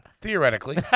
Theoretically